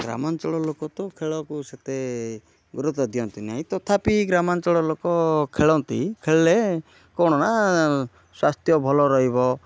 ଗ୍ରାମାଞ୍ଚଳ ଲୋକ ତ ଖେଳକୁ ସେତେ ଗୁରୁତ୍ଵ ଦିଅନ୍ତିନାହିଁ ତଥାପି ଗ୍ରାମାଞ୍ଚଳ ଲୋକ ଖେଳନ୍ତି ଖେଳିଲେ କ'ଣ ନା ସ୍ୱାସ୍ଥ୍ୟ ଭଲ ରହିବ